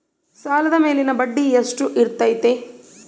ಸಾಲದ ಮೇಲಿನ ಬಡ್ಡಿ ಎಷ್ಟು ಇರ್ತೈತೆ?